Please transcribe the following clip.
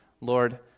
Lord